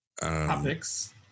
Topics